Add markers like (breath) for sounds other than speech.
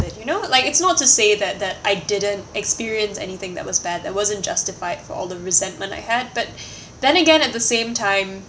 valid you know like it's not to say that that I didn't experience anything that was bad that wasn't justified for all the resentment I had but (breath) then again at the same time